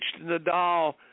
Nadal